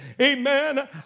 Amen